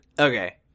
Okay